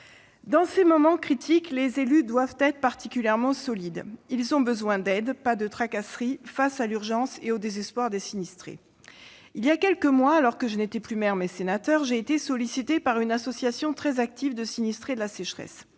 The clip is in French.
Dans ces moments critiques, les élus doivent être solides. Ils ont besoin d'aide, pas de tracasseries, face à l'urgence et au désespoir des sinistrés. Il y a quelques mois, alors que je n'étais plus maire, mais sénateur, j'ai été sollicitée par une association très active de sinistrés de la sécheresse.